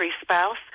spouse